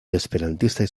esperantistaj